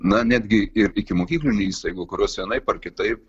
na netgi ir ikimokyklinių įstaigų kurios vienaip ar kitaip